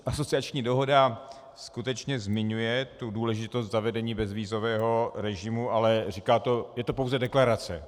Asociační dohoda skutečně zmiňuje důležitost zavedení bezvízového režimu, ale je to pouze deklarace.